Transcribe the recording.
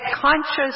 conscious